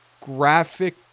graphic